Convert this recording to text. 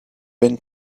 been